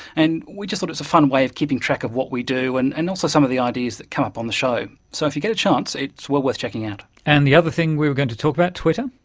and we just thought it's a fun way of keeping track of what we do and and also some of the ideas that come up on the show. so if you get a chance, it's well worth checking out. and the other thing we were going to talk about, twitter?